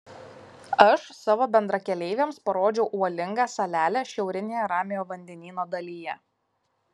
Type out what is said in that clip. aš savo bendrakeleiviams parodžiau uolingą salelę šiaurinėje ramiojo vandenyno dalyje